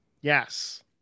Yes